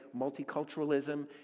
multiculturalism